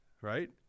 right